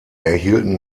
erhielten